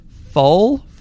Fall